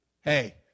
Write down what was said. Hey